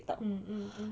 mm mm mm